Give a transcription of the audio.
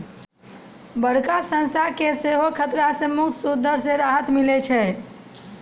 बड़का संस्था के सेहो खतरा से मुक्त सूद दर से राहत मिलै छै